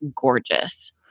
gorgeous